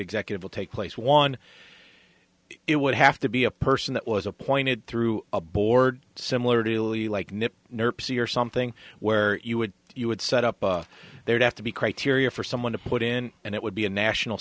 executive will take place one it would have to be a person that was appointed through a board similarly like nick nursery or something where you would you would set up there'd have to be criteria for someone to put in and it would be a national